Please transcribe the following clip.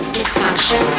Dysfunction